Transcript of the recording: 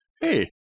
hey